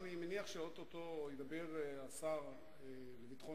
אני מניח שאו-טו-טו ידבר השר לביטחון